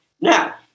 Now